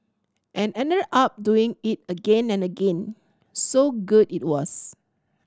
and ended up doing it again and again so good it was